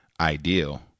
ideal